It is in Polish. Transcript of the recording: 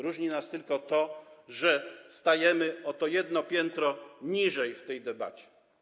Różni nas tylko to, że stajemy o to jedno piętro niżej w tej debacie.